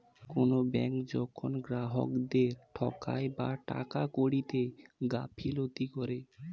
কোনো ব্যাঙ্ক যখন গ্রাহকদেরকে ঠকায় বা টাকা কড়িতে গাফিলতি করে